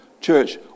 church